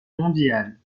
mondiale